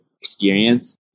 experience